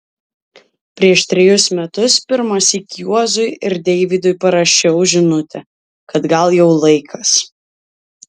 prieš trejus metus pirmąsyk juozui ir deivydui parašiau žinutę kad gal jau laikas